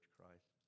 Christ